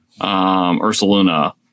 Ursaluna